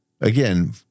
Again